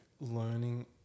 learning